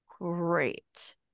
great